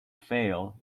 fail